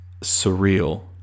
surreal